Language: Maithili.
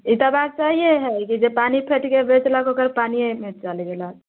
ई तऽ बात सहिए हय कि जे पानि फेटके बेचलक ओकर पानियेमे चलि गेलक